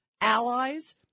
allies